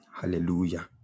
hallelujah